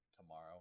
tomorrow